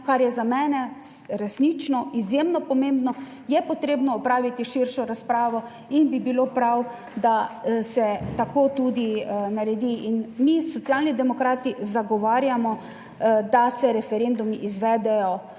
kar je za mene resnično izjemno pomembno, je potrebno opraviti širšo razpravo in bi bilo prav, da se tako tudi naredi in mi Socialni demokrati zagovarjamo, da se referendumi izvedejo